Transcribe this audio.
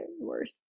worse